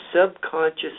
subconscious